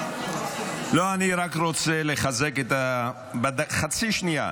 לא, אני רק רוצה לחזק, חצי שנייה.